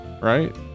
right